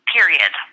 Period